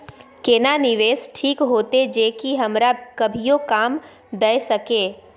केना निवेश ठीक होते जे की हमरा कभियो काम दय सके?